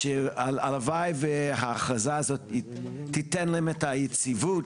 שהלוואי והאכרזה הזאת תיתן להם את היציבות